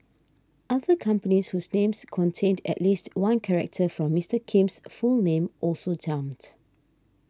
other companies whose names contained at least one character from Mister Kim's full name also jumped